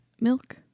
milk